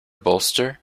bolster